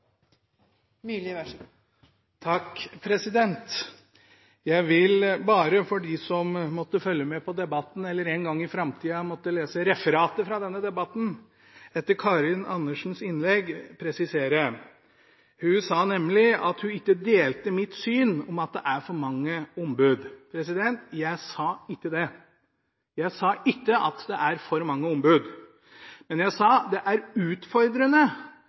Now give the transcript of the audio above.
Jeg vil bare – for dem som måtte følge med på debatten eller en gang i framtida måtte lese referatet fra den – etter Karin Andersens innlegg presisere noe. Hun sa nemlig at hun ikke delte mitt syn om at det er for mange ombud. Jeg sa ikke det – jeg sa ikke at det er for mange ombud. Men jeg sa at det er utfordrende